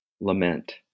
lament